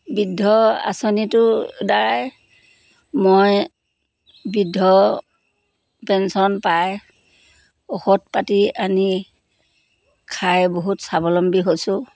বৃদ্ধ আঁচনিটোৰ দ্বাৰাই মই বৃদ্ধ পেঞ্চন পাই ঔষধ পাতি আনি খাই বহুত স্বাৱলম্বী হৈছোঁ